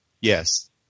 yes